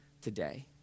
today